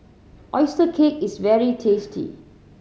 oyster cake is very tasty